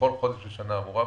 בכל חודש בשנה האמורה,